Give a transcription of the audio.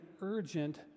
urgent